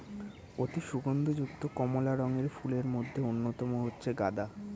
অতি সুগন্ধ যুক্ত কমলা রঙের ফুলের মধ্যে অন্যতম হচ্ছে গাঁদা